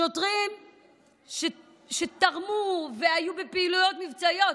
שוטרים שתרמו והיו בפעילויות מבצעיות,